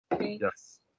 Yes